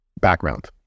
background